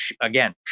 again